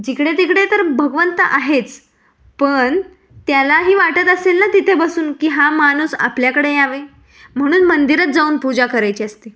जिकडेतिकडे तर भगवंत आहेच पण त्यालाही वाटत असेल ना तिथे बसून की हा माणूस आपल्याकडे यावे म्हणून मंदिरच जाऊन पूजा करायची असते